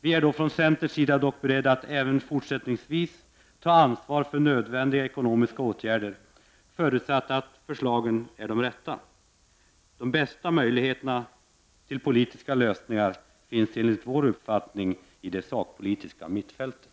Vi i centern är dock beredda att även fortsättningsvis ta ansvar för nödvändiga ekonomiska åtgärder, förutsatt att förslagen är de rätta. De bästa möjligheterna till politiska lösningar finns enligt vår uppfattning i det sakpolitiska mittfältet.